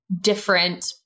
different